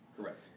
Correct